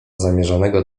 zamierzonego